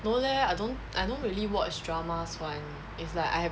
no leh I don't I don't really watch dramas [one] it's like I have